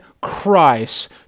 Christ